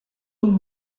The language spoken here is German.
und